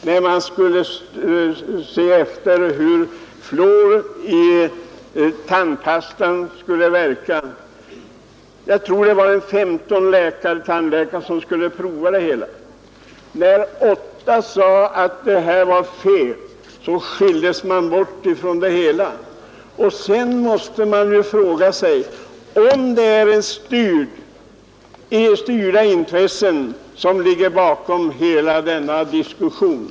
När man skulle undersöka hur fluoren i tandpastan verkar, tror jag det var 15 tandläkare som skulle prova det hela. När åtta av dem sade att det här var fel, så skildes de ifrån saken. Man måste fråga sig om det är styrda intressen som ligger bakom hela denna diskussion.